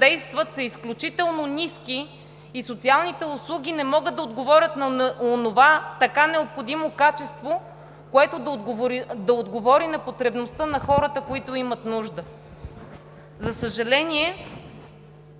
действат, са изключително ниски и социалните услуги не могат да отговорят с онова така необходимо качество на потребността на хората, които имат нужда. За съжаление,